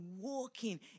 walking